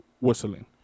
whistling